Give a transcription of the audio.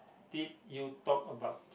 did you talk about